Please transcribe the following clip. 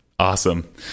Awesome